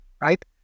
right